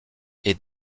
est